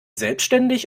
selbstständig